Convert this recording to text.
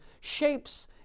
Shapes